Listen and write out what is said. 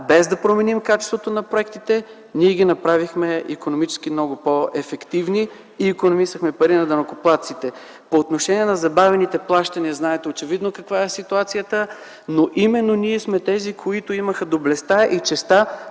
без да променим качеството на проектите, ние ги направихме икономически много по-ефективни и икономисахме пари на данъкоплатците. По отношение на забавените плащания, знаете очевидно каква е ситуацията, но именно ние сме тези, които имаха доблестта и честта